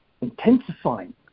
Intensifying